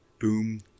boom